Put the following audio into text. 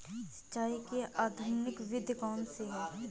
सिंचाई की आधुनिक विधि कौनसी हैं?